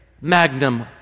magnum